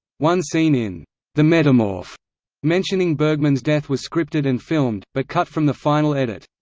one scene in the metamorph mentioning bergman's death was scripted and filmed, but cut from the final edit.